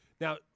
Now